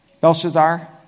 Belshazzar